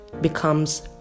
becomes